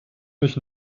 mich